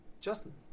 Justin